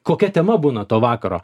kokia tema būna to vakaro